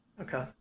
Okay